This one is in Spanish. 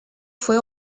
fue